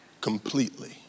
completely